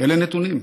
אלה הנתונים.